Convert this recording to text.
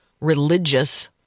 religious